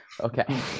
Okay